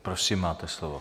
Prosím, máte slovo.